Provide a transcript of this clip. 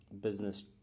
business